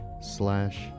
slash